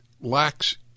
lacks